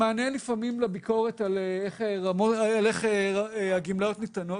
במענה לפעמים לביקורת על איך הגמלאות ניתנות,